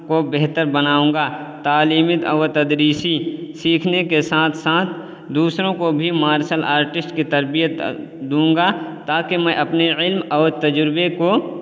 کو بہتر بناؤں گا تعلیمی و تدریسی سیکھنے کے ساتھ ساتھ دوسروں کو بھی مارشل آرٹسٹ کی تربیت دوں گا تاکہ میں اپنے علم اور تجربے کو